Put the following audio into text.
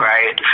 Right